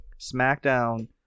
SmackDown